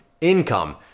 income